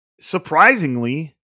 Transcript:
surprisingly